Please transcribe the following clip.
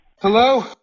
Hello